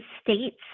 states